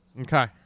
Okay